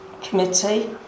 committee